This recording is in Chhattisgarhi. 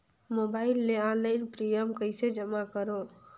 मोबाइल ले ऑनलाइन प्रिमियम कइसे जमा करों?